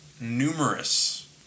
numerous